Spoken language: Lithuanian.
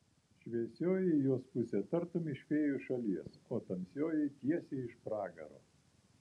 šviesioji jos pusė tartum iš fėjų šalies o tamsioji tiesiai iš pragaro